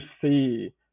see